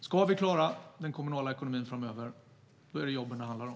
Ska vi klara den kommunala ekonomin framöver är det jobben det handlar om.